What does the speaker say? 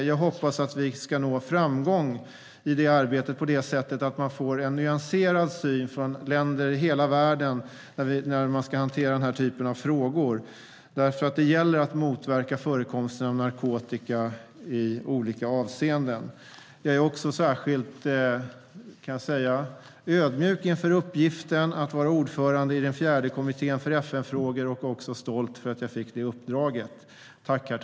Jag hoppas att vi ska nå framgång i det arbetet på så sätt att länder i hela världen får en nyanserad syn när de ska hantera denna typ av frågor, för det gäller att motverka förekomsten av narkotika i olika avseenden. Jag är också ödmjuk inför uppgiften att vara ordförande i den fjärde kommittén, kommittén för FN-frågor, och stolt över att jag fick det uppdraget.